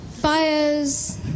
Fires